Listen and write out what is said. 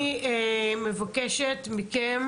אני מבקשת מכם